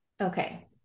Okay